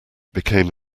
became